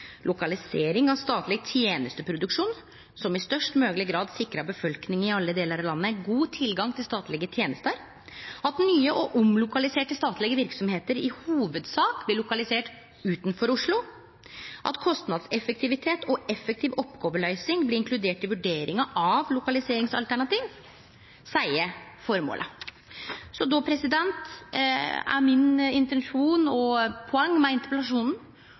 lokalisering av statleg tenesteproduksjon som i størst mogleg grad sikrar befolkninga i alle delar av landet god tilgang til statlege tenester – at nye og omlokaliserte statlege verksemder i hovudsak blir lokaliserte utanfor Oslo – at kostnadseffektivitet og effektiv oppgåveløysing vert inkludert i vurderinga av lokaliseringsalternativ» Då er mitt poeng og intensjon med interpellasjonen både å spørje statsråden og